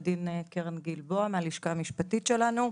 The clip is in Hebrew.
עו"ד קרן גלבוע מהלשכה המשפטית שלנו.